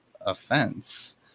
offense